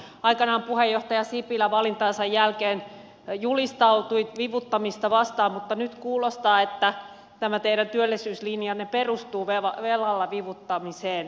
aikanaan puheenjohtaja sipilä valintansa jälkeen julistautui vivuttamista vastaan mutta nyt kuulostaa että tämä teidän työllisyyslinjanne perustuu velalla vivuttamiseen